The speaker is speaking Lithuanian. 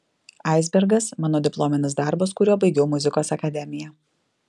aisbergas mano diplominis darbas kuriuo baigiau muzikos akademiją